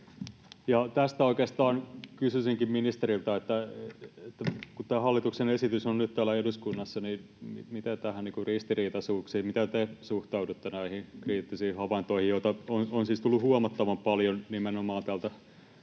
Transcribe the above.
Tästä oikeastaan kysyisinkin ministeriltä, että kun tämä hallituksen esitys on nyt täällä eduskunnassa, niin miten te suhtaudutte näihin ristiriitaisuuksiin, näihin kriittisiin havaintoihin, joita on siis tullut huomattavan paljon nimenomaan täältä